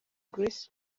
grace